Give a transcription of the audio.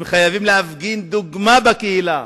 הם חייבים להפגין דוגמה בקהילה